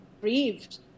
grieved